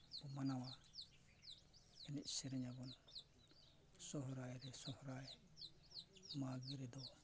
ᱵᱚᱱ ᱢᱟᱱᱟᱣᱟ ᱮᱱᱮᱡ ᱥᱮᱨᱮᱧ ᱟᱵᱚᱱ ᱥᱚᱦᱚᱨᱟᱭ ᱨᱮ ᱥᱚᱦᱚᱨᱟᱭ ᱢᱟᱜᱷ ᱨᱮᱫᱚ